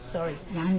Sorry